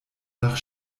nach